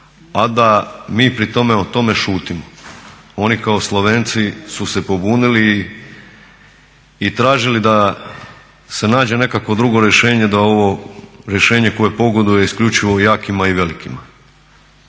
a da mi pri tome o tome šutimo. Oni kao Slovenci su se pobunili i tražili da se nađe nekakvo drugo rješenje, da je ovo rješenje koje pogoduje isključivo jakima i velikima.